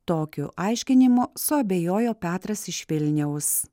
tokiu aiškinimu suabejojo petras iš vilniaus